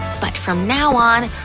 but from now on,